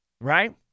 right